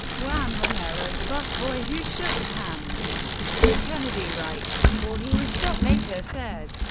juan romero, the busboy who shook hands with kennedy right before he was shot, later said,